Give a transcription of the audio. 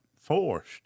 forced